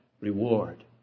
reward